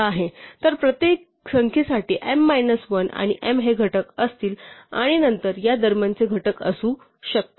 तर प्रत्येक संख्येसाठी m 1 आणि m हे घटक असतील आणि नंतर दरम्यानचे घटक असू शकतात